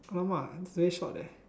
!alamak! that's very short leh